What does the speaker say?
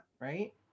right